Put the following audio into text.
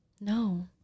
No